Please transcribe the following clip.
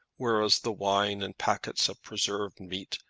whereas the wine and packets of preserved meat,